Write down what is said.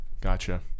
Gotcha